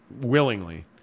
willingly